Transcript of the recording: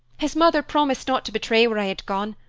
his mother promised not to betray where i had gone,